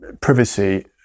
privacy